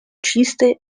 чистой